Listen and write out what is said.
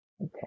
okay